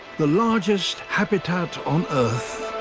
the largest habitat on earth.